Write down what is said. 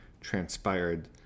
transpired